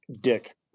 Dick